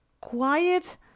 quiet